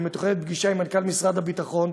מתוכננת פגישה עם מנכ"ל משרד הביטחון,